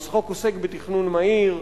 החוק עוסק בתכנון מהיר,